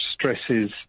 stresses